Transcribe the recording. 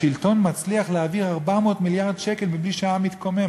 השלטון מצליח להעביר 400 מיליארד שקל מבלי שהעם מתקומם.